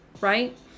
right